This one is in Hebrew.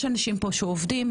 יש אנשים פה שעובדים,